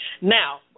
Now